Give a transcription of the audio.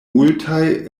multaj